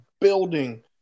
building